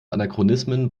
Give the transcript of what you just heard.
anachronismen